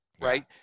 right